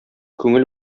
күңел